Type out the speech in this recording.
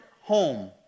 home